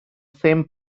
same